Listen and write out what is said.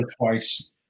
twice